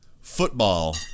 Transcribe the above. football